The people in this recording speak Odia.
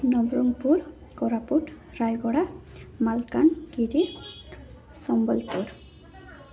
ନବରଙ୍ଗପୁର କୋରାପୁଟ ରାୟଗଡ଼ା ମାଲକାନଗିରି ସମ୍ବଲପୁର